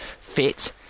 fit